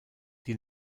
die